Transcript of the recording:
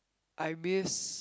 I miss